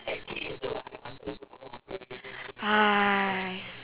!hais!